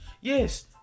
Yes